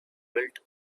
belt